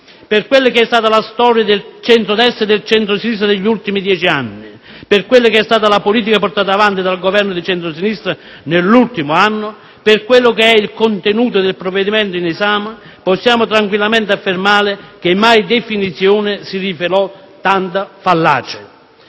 Per quella che è stata la storia del centro-destra e del centro-sinistra negli ultimi dieci anni, per quella che è stata la politica portata avanti dal Governo di centro-sinistra nell'ultimo anno e per quello che è il contenuto del provvedimento in esame, possiamo tranquillamente affermare che mai definizione si rivelò tanto fallace.